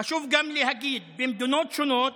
חשוב גם להגיד שבמדינות שונות,